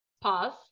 Pause